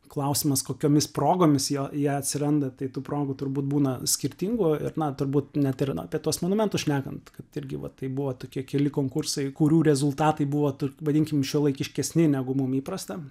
klausimas kokiomis progomis jo jie atsiranda tai tų progų turbūt būna skirtingų ir na turbūt net ir apie tuos monumentus šnekant kad irgi va taip buvo tokie keli konkursai kurių rezultatai buvo tų vadinkim šiuolaikiškesni negu mum įprasta